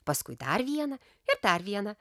paskui dar vieną ir dar vieną